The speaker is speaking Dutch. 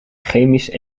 chemisch